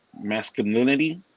Masculinity